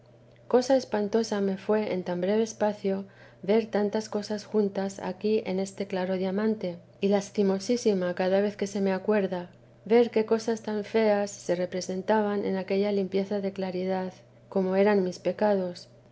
cosa espantosa me fué en tan breve espacio ver tantas cosas juntas aquí en este claro diamante y lastimosísima cada vez que se me acuerda ver qué cosas tan feas se representaban en aquella limpieza de claridad como eran mis pecados